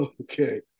okay